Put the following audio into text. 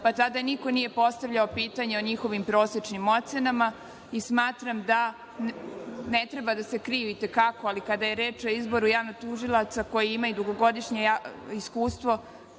pa tada niko nije postavljao pitanje o njihovim prosečnim ocenama i smatram da ne treba da se krije i te kako, ali kada je reč o izboru javnih tužilaca koji imaju dugogodišnje iskustvo,